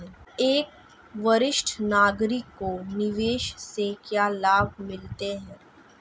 एक वरिष्ठ नागरिक को निवेश से क्या लाभ मिलते हैं?